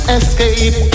escape